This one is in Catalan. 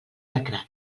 lacrat